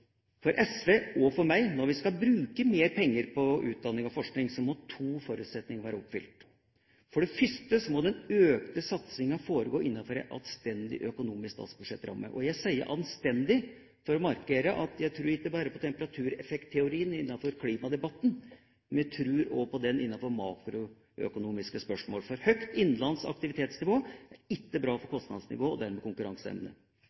For SV og for meg, når vi skal bruke mer penger på utdanning og forskning, må to forutsetninger være oppfylt: For det første må den økte satsinga foregå innenfor ei anstendig økonomisk statsbudsjettramme – og jeg sier «anstendig» for å markere at jeg ikke bare tror på temperatureffektteorien innenfor klimadebatten, men jeg tror også på den innenfor makroøkonomiske spørsmål, for høgt innenlandsk aktivitetsnivå er ikke bra for